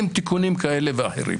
עם תיקונים כאלה ואחרים.